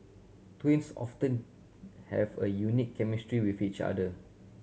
twins often have a unique chemistry with each other